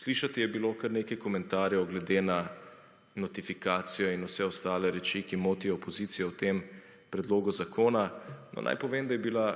slišati je bilo, kar nekaj komentarjev glede na notifikacijo in vse ostale reči, ki motijo opozicijo v tem predlogu zakona. Naj povem, da je bila